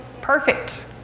Perfect